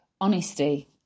Honesty